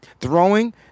throwing